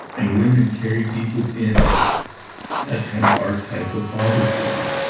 and women carry deep within that kind of archetype of father figure.